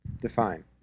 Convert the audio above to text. define